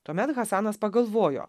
tuomet hasanas pagalvojo